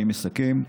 אני מסכם.